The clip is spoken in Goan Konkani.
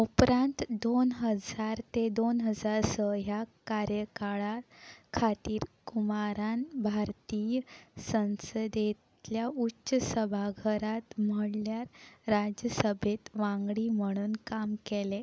उपरांत दोन हजार ते दोन हजार स ह्या कार्यकाळा खातीर कुमारान भारतीय संसदेतल्या उच्चसभाघरांत म्हणल्यार राजसभेंत वांगडी म्हणून काम केलें